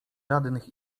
żadnych